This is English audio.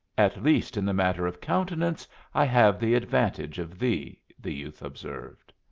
at least in the matter of countenances i have the advantage of thee, the youth observed.